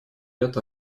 ряд